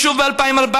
ושוב ב-2014,